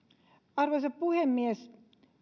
arvoisa puhemies